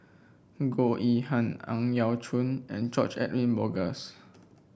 Goh Yihan Ang Yau Choon and George Edwin Bogaars